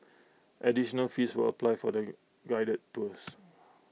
additional fees will apply for the guided tours